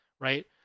right